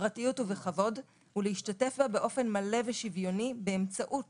בפרטיות ובכבוד ולהשתתף בה באופן מלא ושוויוני באמצעות